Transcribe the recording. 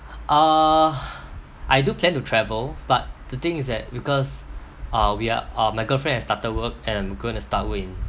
uh I do plan to travel but the thing is that because uh we are uh my girlfriend has started work and I'm going to start work in